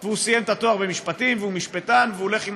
הוא סיים את התואר במשפטים והוא משפטן והוא הולך עם